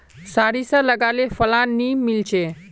सारिसा लगाले फलान नि मीलचे?